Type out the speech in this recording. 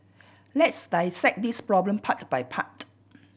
let's dissect this problem part by part